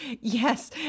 yes